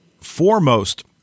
foremost